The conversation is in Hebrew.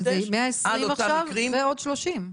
זה 120 ימים עכשיו אחרי עוד 30 ימים.